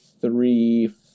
three